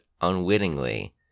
unwittingly